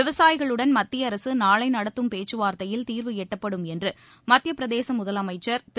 விவசாயிகளுடன் மத்திய அரசு நாளை நடத்தும் பேச்சுவார்த்தையில் தீர்வு எட்டப்படும் என்று மத்தியப்பிரதேச முதலமைச்சர் திரு